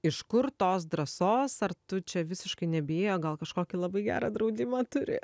iš kur tos drąsos ar tu čia visiškai nebijai o gal kažkokį labai gerą draudimą turi